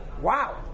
Wow